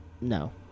No